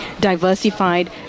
diversified